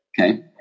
Okay